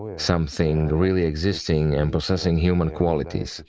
something really existing and possessing human qualities.